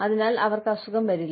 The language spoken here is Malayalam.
അതിനാൽ അവർക്ക് അസുഖം വരില്ല